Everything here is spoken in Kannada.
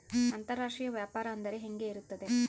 ಅಂತರಾಷ್ಟ್ರೇಯ ವ್ಯಾಪಾರ ಅಂದರೆ ಹೆಂಗೆ ಇರುತ್ತದೆ?